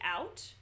out